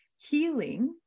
healing